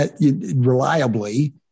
Reliably